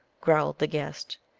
growled the guest.